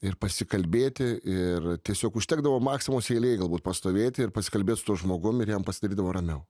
ir pasikalbėti ir tiesiog užtekdavo maximos eilėj galbūt pastovėti ir pasikalbėt su tuo žmogum ir jam pasidarydavo ramiau